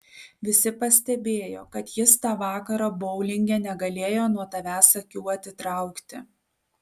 visi pastebėjo kad jis tą vakarą boulinge negalėjo nuo tavęs akių atitraukti